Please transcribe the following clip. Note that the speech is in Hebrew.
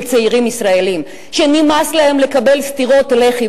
של צעירים ישראלים שנמאס להם לקבל סטירות לחי